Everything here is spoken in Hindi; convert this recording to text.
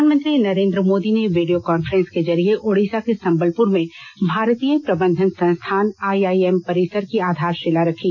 प्रधानमंत्री नरेंद्र मोदी ने वीडियो कॉन्फ्रेंस के जरिए ओडिशा के संबलपुर में भारतीय प्रबंधन संस्थान आईआईएम परिसर की आधारशिला रखी